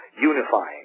unifying